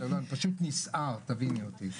בסדר, לא אני פשוט נסער אני מצטער תביני אותי.